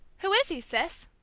who is he, sis?